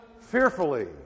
fearfully